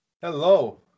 Hello